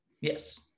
Yes